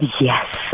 Yes